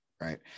Right